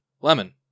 Lemon